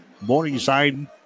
Morningside